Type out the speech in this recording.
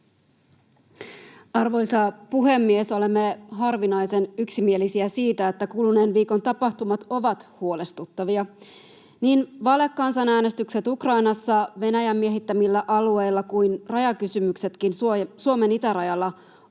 Arvoisa puhemies! Olemme harvinaisen yksimielisiä siitä, että kuluneen viikon tapahtumat ovat huolestuttavia. Niin valekansanäänestykset Ukrainassa Venäjän miehittämillä alueilla kuin rajakysymykset Suomen itärajalla ovat